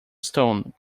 stone